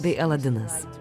bei aladinas